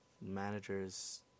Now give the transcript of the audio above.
managers